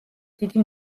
დიდი